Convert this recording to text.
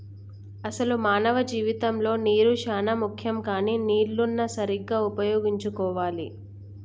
అసలు మానవ జీవితంలో నీరు చానా ముఖ్యం కానీ నీళ్లన్ను సరీగ్గా ఉపయోగించుకోవాలి